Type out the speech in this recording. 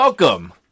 Welcome